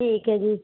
ਠੀਕ ਹੈ ਜੀ